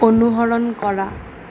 অনুসৰণ কৰা